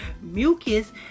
Mucus